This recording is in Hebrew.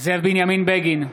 זאב בנימין בגין,